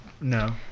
No